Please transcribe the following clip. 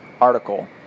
article